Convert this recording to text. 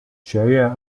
学院